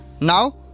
Now